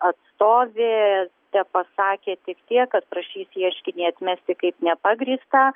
atstovė tepasakė tik tiek kad prašys ieškinį atmesti kaip nepagrįstą